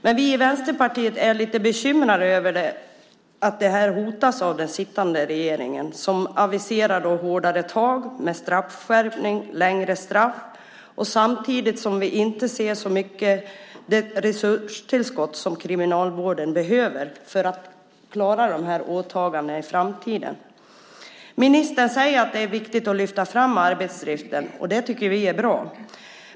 Men vi i Vänsterpartiet är lite bekymrade över att det här hotas av den sittande regeringen, som aviserar hårdare tag med straffskärpning och längre straff. Samtidigt ser vi inte så mycket resurstillskott som Kriminalvården behöver för att klara åtagandena i framtiden. Ministern säger att det är viktigt att lyfta fram arbetsdriften, och det tycker vi är bra.